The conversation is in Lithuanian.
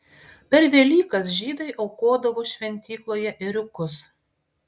per velykas žydai aukodavo šventykloje ėriukus